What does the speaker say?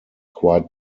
quite